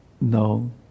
no